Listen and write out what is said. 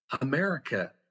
America